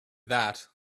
that